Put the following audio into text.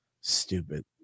Stupid